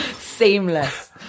seamless